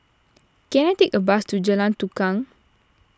can I take a bus to Jalan Tukang